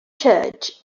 church